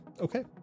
Okay